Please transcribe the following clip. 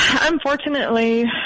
Unfortunately